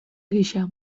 gisa